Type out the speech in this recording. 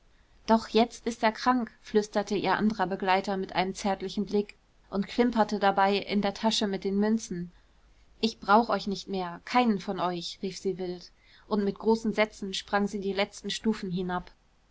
doch jetzt ist er krank flüsterte ihr anderer begleiter mit einem zärtlichen blick und klimperte dabei in der tasche mit den münzen ich brauch euch nicht mehr keinen von euch rief sie wild und mit großen sätzen sprang sie die letzten stufen hinab